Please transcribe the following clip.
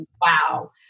wow